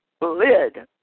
lid